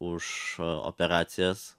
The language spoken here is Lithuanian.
už operacijas